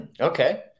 Okay